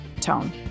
tone